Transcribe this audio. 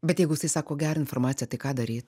bet jeigu jisai sako gerą informaciją tai ką daryt